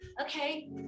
Okay